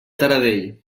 taradell